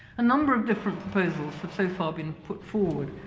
a number of different proposals have so far been put forward,